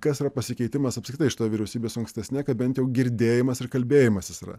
kas yra pasikeitimas apskritai šitoj vyriausybėj su ankstesne kad bent jau girdėjimas ir kalbėjimasis yra